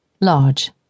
large